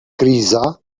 criza